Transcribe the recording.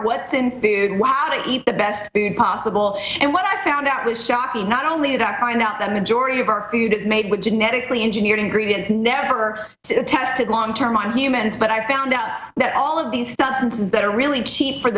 what's in food while to eat the best possible and what i found out was shocking not only did i find that the majority of our food is made with genetically engineered and greed is never tested long term on humans but i found out that all of these substances that are really cheap for